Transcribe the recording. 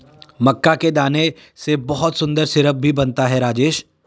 मक्का के दाने से बहुत सुंदर सिरप भी बनता है राजेश